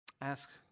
Ask